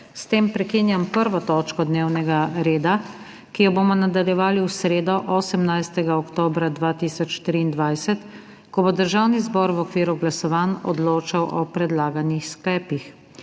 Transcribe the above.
S tem prekinjam 1. točko dnevnega reda, ki jo bomo nadaljevali v sredo, 18. oktobra 2023, ko bo Državni zbor v okviru glasovanj odločal o predlaganih sklepih.